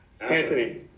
Anthony